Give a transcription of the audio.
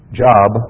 job